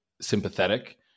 sympathetic